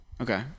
Okay